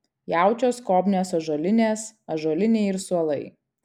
jaučio skobnios ąžuolinės ąžuoliniai ir suolai